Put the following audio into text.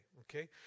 okay